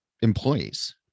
employees